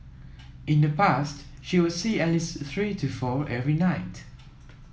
in the past she would see at least three to four every night